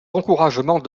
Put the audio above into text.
encouragements